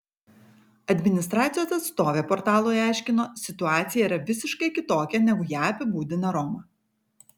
administracijos atstovė portalui aiškino situacija yra visiškai kitokia negu ją apibūdina roma